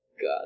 God